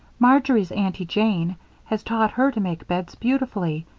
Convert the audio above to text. marjory's aunty jane has taught her to make beds beautifully,